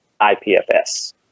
IPFS